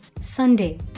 Sunday